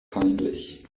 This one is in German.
peinlich